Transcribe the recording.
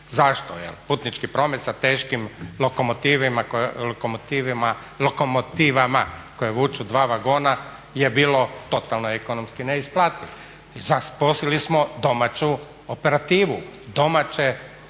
Zašto? Jer putnički promet sa teškim lokomotivama koje vuku dva vagona je bilo totalno ekonomski neisplativo. Zaposlili smo domaću operativu, domaće opremaše,